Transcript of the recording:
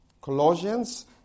Colossians